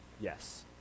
yes